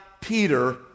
peter